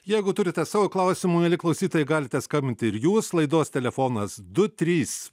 jeigu turite savo klausimų mieli klausytojai galite skambinti ir jūs laidos telefonas du trys